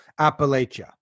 appalachia